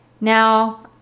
Now